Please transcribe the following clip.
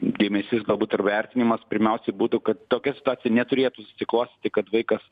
dėmesys galbūt ir vertinimas pirmiausiai būtų kad tokia situacija neturėtų susiklostyti kad vaikas